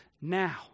now